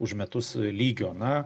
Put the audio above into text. už metus lygio na